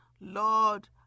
Lord